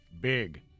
Big